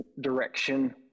direction